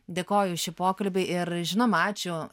dėkoju už šį pokalbį ir žinoma ačiū